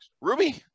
Ruby